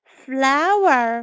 flower